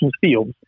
fields